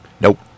nope